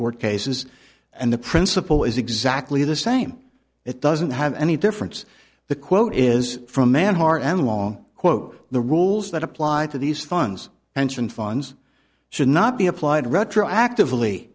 court cases and the principle is exactly the same it doesn't have any difference the quote is from man hard and long quote the rules that apply to these funds pension funds should not be applied retroactively